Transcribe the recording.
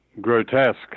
grotesque